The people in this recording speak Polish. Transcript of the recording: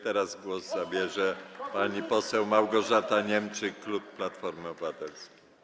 Teraz głos zabierze pani poseł Małgorzata Niemczyk, klub Platformy Obywatelskiej.